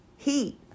heat